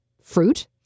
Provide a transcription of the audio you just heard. fruit